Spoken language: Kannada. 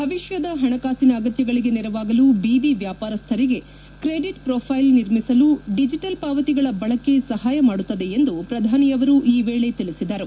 ಭವಿಷ್ಣದ ಹಣಕಾಸಿನ ಅಗತ್ಯಗಳಿಗೆ ನೆರವಾಗಲು ಬೀದಿ ವ್ಯಾಪಾರಸ್ವರಿಗೆ ಕ್ರೆಡಿಟ್ ಮ್ರೋಫ್ಟೆಲ್ ನಿರ್ಮಿಸಲು ಡಿಜೆಟಲ್ ಪಾವತಿಗಳ ಬಳಕೆ ಸಹಾಯ ಮಾಡುತ್ತದೆ ಎಂದು ಪ್ರಧಾನಿಯವರು ಈ ವೇಳೆ ತಿಳಿಸಿದರು